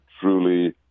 truly